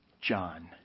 John